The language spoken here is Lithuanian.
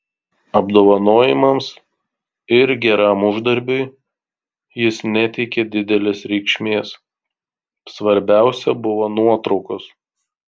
apdovanojimams ir geram uždarbiui jis neteikė didelės reikšmės svarbiausia buvo nuotraukos